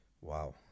wow